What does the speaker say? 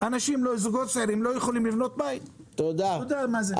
זוגות צעירים לא יכולים לבנות בית ללא משכנתאות.